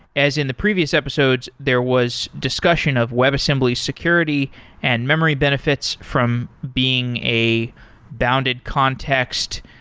as in the previous episodes, there was discussion of webassembly security and memory benefits from being a bounded context,